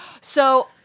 So-